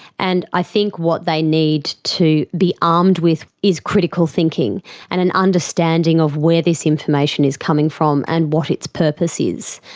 and i think what they need to be armed with is critical thinking and an understanding of where this information is coming from and what its purpose is,